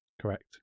correct